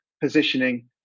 positioning